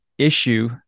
issue